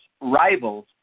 rivals